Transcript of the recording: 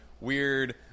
weird